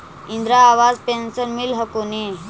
Indira Awas pension मिल हको ने?